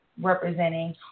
representing